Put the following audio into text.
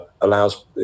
allows